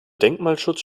denkmalschutz